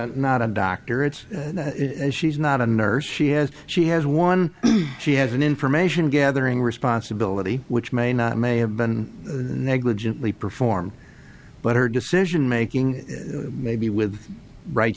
a not a doctor it's she's not a nurse she has she has one she has an information gathering responsibility which may not may have been negligently performed but her decision making may be with right